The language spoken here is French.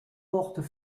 portes